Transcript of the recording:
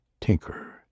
Tinker